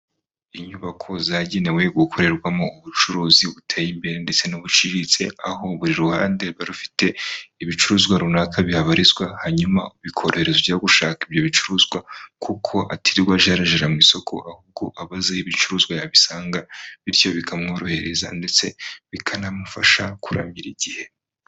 Inyubako zagenewe gukorerwamo ubucuruzi buteye imbere ndetse n'ubuciriritse, aho buri ruhande ruba rufite ibicuruzwa runaka bihabarizwa, hanyuma bikorohereza ujya gushaka ibyo bicuruzwa kuko atirwa ajarajara mu isoko, ahubwo aba azi aho ibicuruzwa yabisanga bityo bikamworohereza ndetse bikanamufasha kurangira igihe.